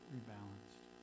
Rebalanced